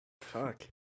Fuck